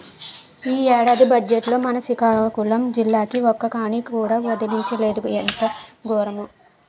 ఈ ఏడాది బజ్జెట్లో మన సికాకులం జిల్లాకి ఒక్క కానీ కూడా విదిలించలేదు ఎంత గోరము